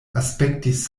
aspektis